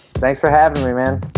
thanks for having me, man.